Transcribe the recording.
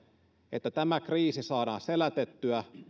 että tämä kriisi saadaan selätettyä